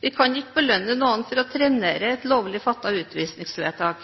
vi kan ikke belønne noen for å trenere et lovlig fattet utvisningsvedtak.